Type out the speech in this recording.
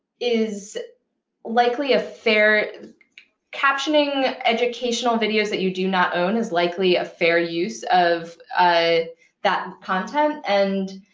is likely a fair captioning educational videos that you do not own is likely a fair use of ah that content. and